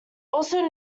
also